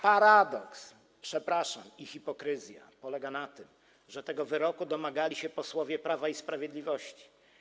Paradoks i, przepraszam, hipokryzja polega tu na tym, że tego wyroku domagali się posłowie Prawa i Sprawiedliwości.